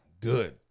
Good